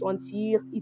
sentir